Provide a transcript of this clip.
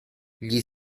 gli